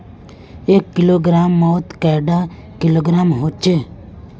एक ग्राम मौत कैडा किलोग्राम होचे?